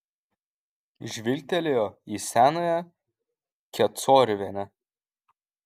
žvilgtelėjo į senąją kecoriuvienę